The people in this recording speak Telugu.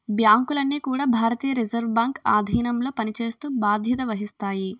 బ్యాంకులన్నీ కూడా భారతీయ రిజర్వ్ బ్యాంక్ ఆధీనంలో పనిచేస్తూ బాధ్యత వహిస్తాయి